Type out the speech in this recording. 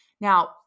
Now